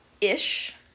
ish